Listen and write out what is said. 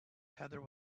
heather